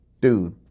dude